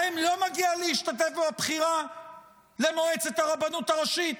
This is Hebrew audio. להן לא מגיע להשתתף בבחירה למועצת הרבנות הראשית?